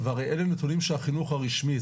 והרי אלה נתונים של החינוך הרשמי.